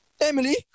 Emily